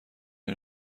این